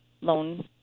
loan